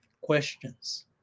questions